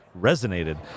resonated